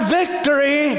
victory